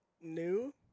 new